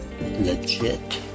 legit